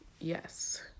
yes